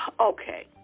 Okay